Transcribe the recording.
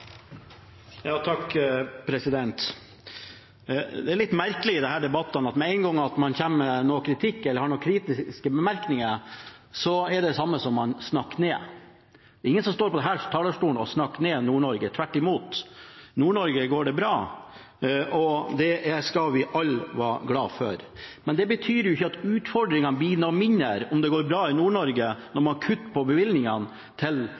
gang man kommer med kritikk eller har noen kritiske bemerkninger, er det det samme som at man snakker ned. Det er ingen som står på denne talerstolen og snakker ned Nord-Norge – tvert imot. I Nord-Norge går det bra, og det skal vi alle være glade for. Men det betyr ikke at utfordringene blir mindre om det går bra i Nord-Norge, når man kutter i bevilgningene til